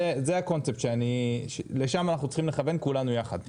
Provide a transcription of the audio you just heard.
זה הקונספט, לשם אנחנו צריכים כולנו יחד לכוון.